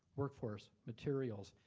workforce, materials,